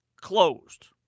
closed